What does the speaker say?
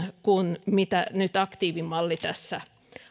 kuin mitä nyt aktiivimalli tässä